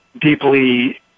deeply